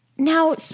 Now